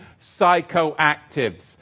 psychoactives